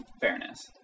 fairness